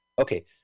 Okay